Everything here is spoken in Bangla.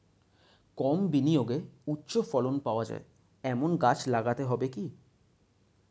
কম বিনিয়োগে উচ্চ ফলন পাওয়া যায় এমন গাছ লাগাতে হবে কি?